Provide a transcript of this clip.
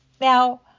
Now